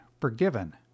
forgiven